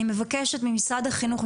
אני מבקשת ממשרד החינוך,